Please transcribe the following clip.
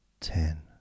Ten